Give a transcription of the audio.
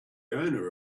owner